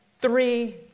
Three